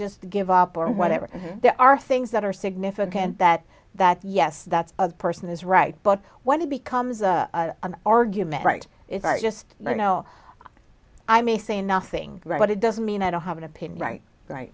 just give up or whatever there are things that are significant that that yes that's a person is right but when it becomes an argument right if i just don't know i may say nothing right but it doesn't mean i don't have an opinion right right